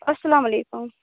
اَلسلامُ علیکُم